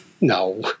No